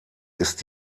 ist